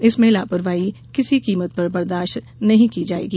इसमें लापरवाही किसी कीमत पर बर्दाश्त नहीं की जाएगी